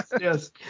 Yes